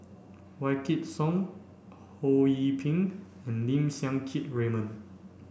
Wykidd Song Ho Yee Ping and Lim Siang Keat Raymond